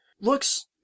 looks